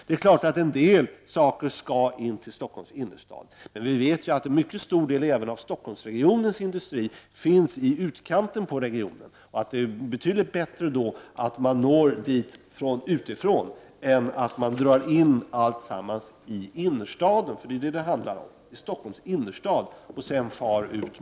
Det är klart att vissa saker skall in till Stockholms innerstad, men vi vet att en mycket stor del av Stockholmsregionens industri finns i utkanten av regionen. Därför är det betydligt bättre att man försöker nå dit utifrån än att alltsammans dras till innerstaden för att sedan forslas till industrier i utkanten. Det är vad det hela handlar om.